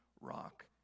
rock